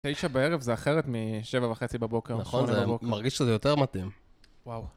תשע בערב זה אחרת משבע וחצי בבוקר נכון, זה מרגיש שזה יותר מתאים וואו